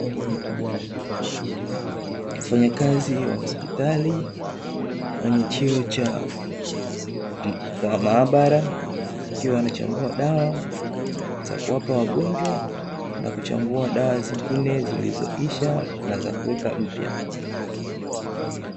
Wafanyakazi wa hospitali wenye cheo cha maabara wakiwa wanachambua dawa za kuwapa wagonjwa, na kuchambua dawa nyingine zilizoisha na kuweka mpya.